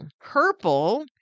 Purple